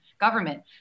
government